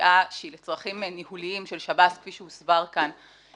קביעה שהיא לצרכים ניהוליים של שב"ס כפי שהוסבר כאן,